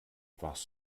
warst